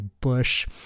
Bush